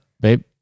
babe